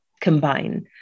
combine